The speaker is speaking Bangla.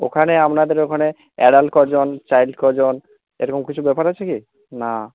ওখানে আপনাদের ওখানে অ্যাডাল্ট কজন চাইল্ড কজন এরকম কিছু ব্যাপার আছে কি না